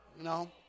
No